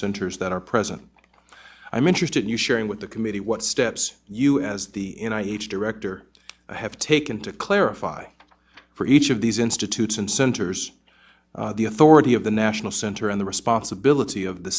centers that are present i am interested in you sharing with the committee what steps you as the in i each director have taken to clarify for each of these institutes and centers the authority of the national center and the responsibility of the